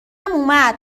اومد